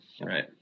right